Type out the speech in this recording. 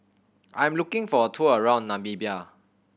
I am looking for a tour around Namibia